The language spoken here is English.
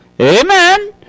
Amen